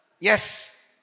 Yes